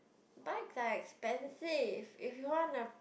bikes are expensive if you want a